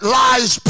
lies